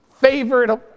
favorite